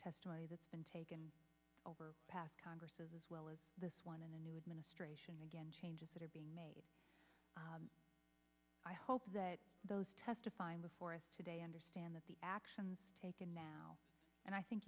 testimony that's been taken over congress as well as this one and the new administration again changes that are being made i hope that the was testifying before us today understand that the actions taken now and i think